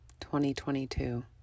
2022